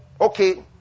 Okay